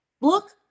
look